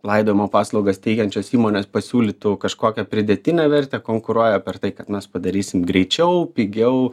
laidojimo paslaugas teikiančios įmonės pasiūlytų kažkokią pridėtinę vertę konkuruoja per tai kad mes padarysim greičiau pigiau